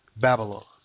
Babylon